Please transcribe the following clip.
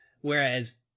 Whereas